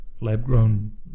Lab-grown